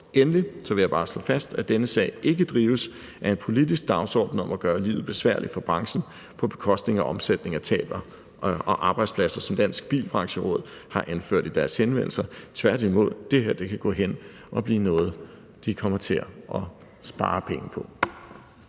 Endelig vil jeg bare slå fast, at denne sag ikke drives af en politisk dagsorden om at gøre livet besværligt for branchen på bekostning af omsætning og tab af arbejdspladser, som Dansk Bilbrancheråd har anført i deres henvendelser. Tværtimod kan det her gå hen og blive noget, de kommer til at spare penge på.